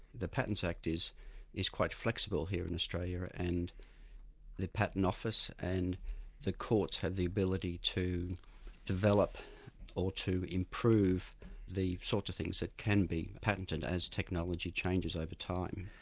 the patents act is is quite flexible here in australia, and the patent office and the courts have the ability to develop or to improve the sorts of things that can be patented as technology changes over time.